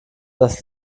das